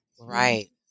Right